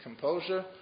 Composure